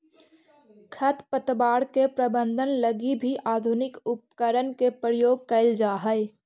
खरपतवार के प्रबंधन लगी भी आधुनिक उपकरण के प्रयोग कैल जा हइ